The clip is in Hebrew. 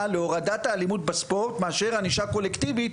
להורדת האלימות בספורט מאשר ענישה קולקטיבית,